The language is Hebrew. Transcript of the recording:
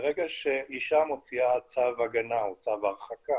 שברגע שאישה מוציאה צו הגנה או צו הרחקה